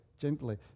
gently